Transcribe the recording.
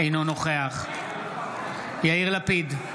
אינו נוכח יאיר לפיד,